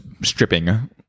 stripping